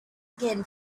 again